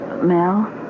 Mel